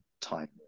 time